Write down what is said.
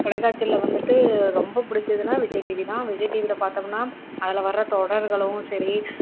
தொலைக்காட்சியில் வந்துட்டு ரொம்ப பிடிச்சதுன்னா விஜய் டிவி தான் விஜய் டிவியில் பாத்தோம்னா அதில் வர்ர தொடர்களும் சரி